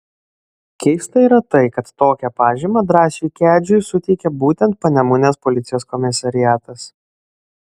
keista yra tai kad tokią pažymą drąsiui kedžiui suteikė būtent panemunės policijos komisariatas